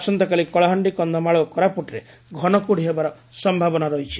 ଆସନ୍ତାକାଲି କଳାହାଣ୍ଡି କକ୍ଷମାଳ ଓ କୋରାପୁଟରେ ଘନକୁହୁଡି ହେବାର ସମ୍ଭାବନା ରହିଛି